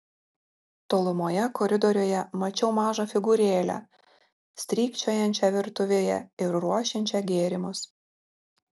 tolumoje koridoriuje mačiau mažą figūrėlę strykčiojančią virtuvėje ir ruošiančią gėrimus